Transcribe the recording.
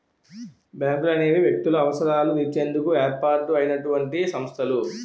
బ్యాంకులనేవి వ్యక్తుల అవసరాలు తీర్చేందుకు ఏర్పాటు అయినటువంటి సంస్థలు